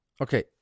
okay